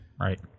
Right